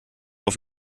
auf